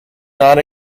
not